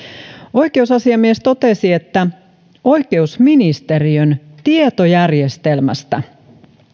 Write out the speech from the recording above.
oikeusasiamies totesi että oikeusministeriön tietojärjestelmästä